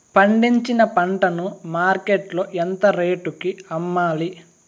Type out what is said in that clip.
పండించిన పంట ను మార్కెట్ లో ఎంత రేటుకి అమ్మాలి?